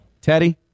Teddy